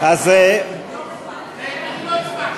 אני לא הצבעתי.